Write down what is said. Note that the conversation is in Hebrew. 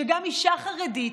שגם אישה חרדית,